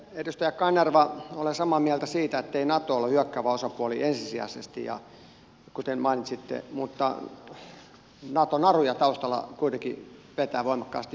edustaja kanerva olen samaa mieltä siitä ettei nato ole hyökkäävä osapuoli ensisijaisesti kuten mainitsitte mutta nato naruja taustalla kuitenkin vetää voimakkaasti yhdysvallat